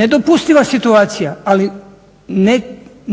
Nedopustiva situacija, ali